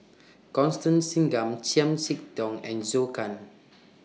Constance Singam Chiam See Tong and Zhou Can